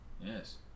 Yes